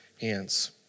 hands